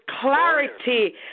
clarity